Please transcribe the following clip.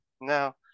Now